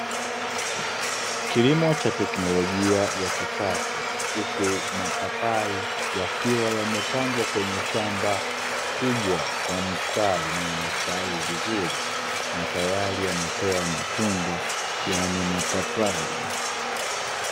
Kilimo cha teknolojia ya kisasa huku mapapai yakiwa yamepandwa kwenye shamba kubwa kwa mstari na yamestawi vizuri, na tayari yametoa matunda yani mapapai.